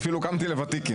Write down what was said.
אפילו קמתי לוותיקין.